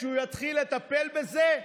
כשהוא יתחיל לטפל בזה,